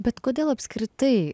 bet kodėl apskritai